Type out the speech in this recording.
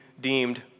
deemed